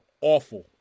awful